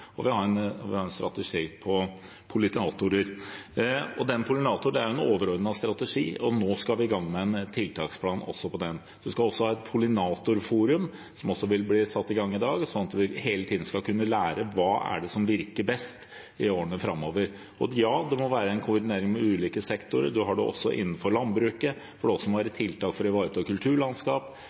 en overordnet strategi, og nå skal vi i gang med en tiltaksplan også for den. Vi skal også ha et pollinatorforum, som vil bli satt i gang i dag, slik at vi hele tiden skal kunne lære hva som virker best i årene framover. Og ja, det må være en koordinering mellom ulike sektorer. Det har vi også innenfor landbruket, hvor det må være tiltak for å ivareta kulturlandskap.